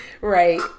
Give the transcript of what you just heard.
Right